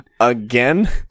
again